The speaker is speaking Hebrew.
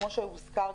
כמו שהוזכר,